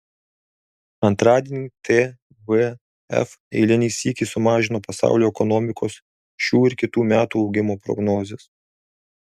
antradienį tvf eilinį sykį sumažino pasaulio ekonomikos šių ir kitų metų augimo prognozes